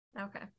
Okay